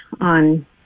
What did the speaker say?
on